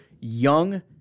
young